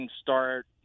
start